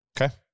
Okay